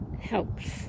helps